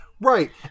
Right